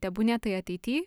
tebūnie tai ateity